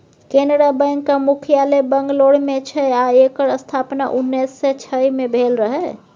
कैनरा बैकक मुख्यालय बंगलौर मे छै आ एकर स्थापना उन्नैस सँ छइ मे भेल रहय